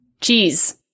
Cheese